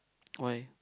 why